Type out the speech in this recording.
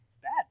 Bad